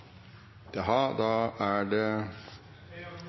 Ja, da er det